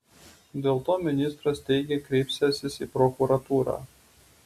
dėl to ministras teigė kreipsiąsis į prokuratūrą